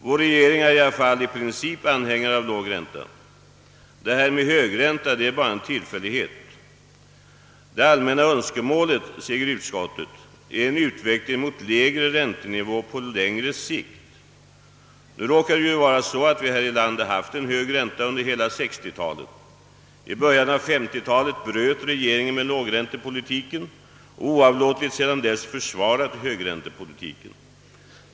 Vår regering är ju ändå i princip anhängare av låg ränta — den höga räntan är bara en tillfällighet. Utskottet uttalar att det allmänna önskemålet är en utveckling mot lägre räntenivå på längre sikt. Nu råkar det dock vara så att vi i vårt land haft en hög ränta under hela 1960-talet. I början av 1950-talet bröt regeringen med lågräntepolitiken och har sedan dess oavlåtligt försvarat högräntepolitiken.